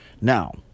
now